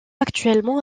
actuellement